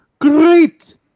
Great